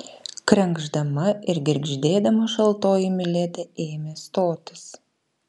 krenkšdama ir girgždėdama šaltoji miledi ėmė stotis